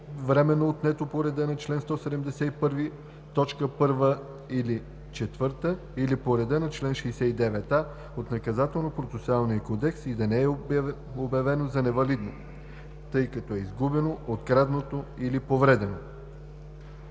временно отнето по реда на чл. 171, т. 1 или 4 или по реда на чл. 69а от Наказателно-процесуалния кодекс и да не е обявено за невалидно, тъй като е изгубено, откраднато или повредено.”